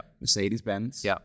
Mercedes-Benz